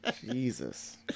Jesus